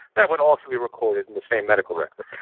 that would also be recorded in the same medical record.